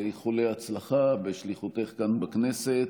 ואיחולי הצלחה בשליחותך כאן בכנסת.